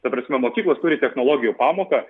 ta prasme mokyklos turi technologijų pamoką